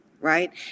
right